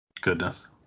Goodness